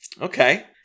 okay